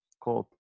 called